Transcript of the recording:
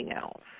else